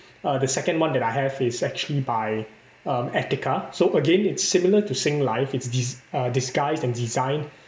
uh the second one that I have is actually by um etiqa so again it's similar to singlife it's dis~ uh disguised and designed